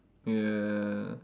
ya